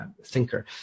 thinker